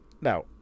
now